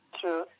True